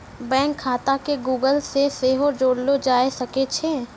bank खाता के Google से सेहो जोड़लो जाय सकै छै